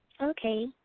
Okay